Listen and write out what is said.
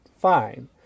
fine